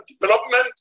development